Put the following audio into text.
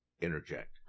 Interject